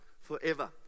forever